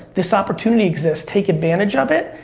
this opportunity exists. take advantage of it.